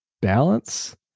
balance